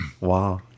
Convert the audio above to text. Wow